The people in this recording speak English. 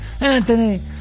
Anthony